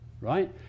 right